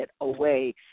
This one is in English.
away